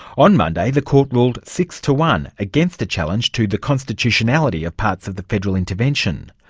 on monday the court ruled six to one against the challenge to the constitutionality of parts of the federal intervention.